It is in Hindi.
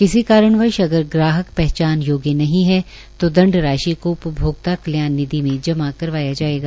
किसी कारणवंश अगर ग्राहक पहचान योग्य नहीं है तो दंड राशि को उपभोक्ता कल्याण निधि मे जमा करवाया जायेगा